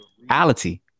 reality